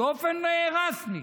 באופן רשמי,